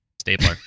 Stapler